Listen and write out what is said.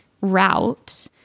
route